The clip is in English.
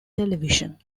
television